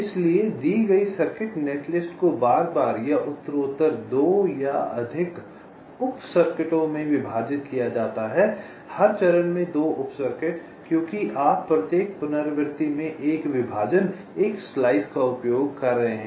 इसलिए दी गई सर्किट नेटलिस्ट को बार बार या उत्तरोत्तर दो या अधिक उप सर्किटों में विभाजित किया जाता है हर चरण में दो उप सर्किट क्योंकि आप प्रत्येक पुनरावृति में 1 विभाजन 1 स्लाइस का उपयोग कर रहे हैं